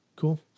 Cool